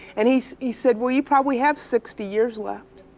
and he he said, well you probably have sixty years left.